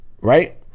right